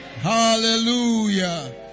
Hallelujah